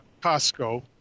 Costco